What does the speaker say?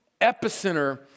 epicenter